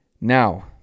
now